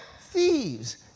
thieves